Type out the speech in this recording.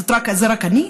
זה רק אני?